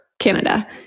Canada